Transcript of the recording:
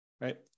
right